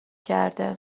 کرده